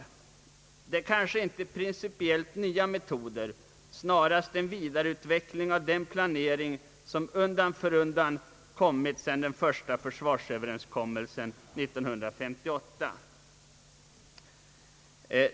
Detta är kanske inte några nya metoder principiellt sett utan snarast en vidareutveckling av den planering som undan för undan utvecklats efter den första försvarsöverenskommelsen år 1958.